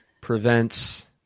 prevents